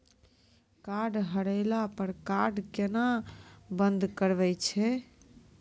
Card हेरैला पर card केना बंद करबै छै?